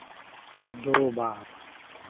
दो बार